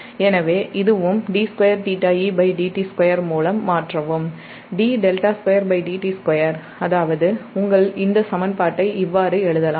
எனவே இதுவும் மூலம் மாற்றவும் அதாவது உங்கள் இந்த சமன்பாட்டை இவ்வாறு எழுதலாம்